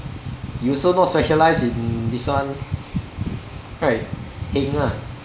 you also not specialised in this one right heng ah